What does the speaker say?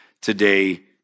today